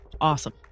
Awesome